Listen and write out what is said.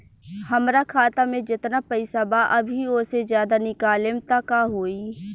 हमरा खाता मे जेतना पईसा बा अभीओसे ज्यादा निकालेम त का होई?